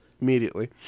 immediately